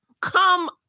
come